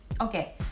Okay